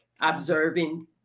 observing